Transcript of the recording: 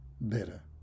Better